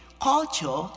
culture